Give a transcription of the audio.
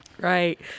Right